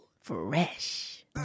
Fresh